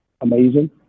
amazing